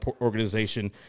organization